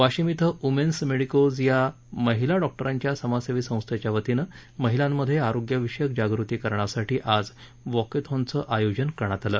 वाशिम इथं women's medicos या महिला डॉक्टरांच्या समाजसेवी संस्थेच्या वतीन महिलांमध्ये आरोग्य विषयक जागृती करण्यासाठीसाठी आज वाकेथॉन चं आयोजन करण्यात आलं